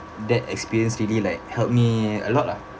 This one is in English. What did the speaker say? that experience really like helped me a lot lah